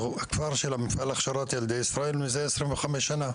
הוא הכפר של מפעל הכשרת ילדי ישראל מזה 25 שנה.